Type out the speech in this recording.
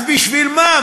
אז בשביל מה?